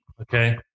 Okay